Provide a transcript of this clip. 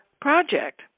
project